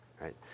Right